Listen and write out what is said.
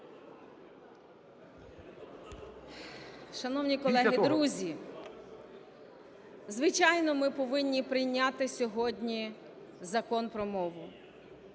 Шановні колеги, друзі, звичайно, ми повинні прийняти сьогодні Закон про мову,